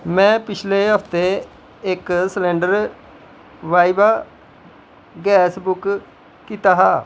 में पिछले हफ्ते इक सलैंडर वाइवा गैस बुक कीता हा